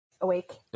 awake